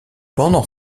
pendant